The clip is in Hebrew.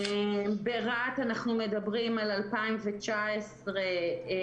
ברהט אנחנו מדברים ב-2019 על